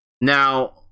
now